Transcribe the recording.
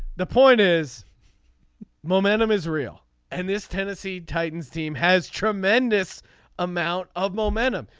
the point is momentum is real and this tennessee titans team has tremendous amount of momentum.